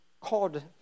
called